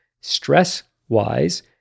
stress-wise